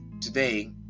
today